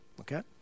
Okay